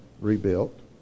rebuilt